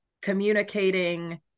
communicating